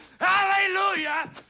hallelujah